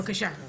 בבקשה.